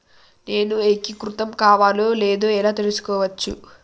నేను ఏకీకృతం కావాలో లేదో ఎలా తెలుసుకోవచ్చు?